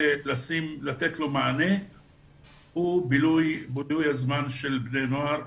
לתת לון מענה הוא בילוי הזמן של בני נוער,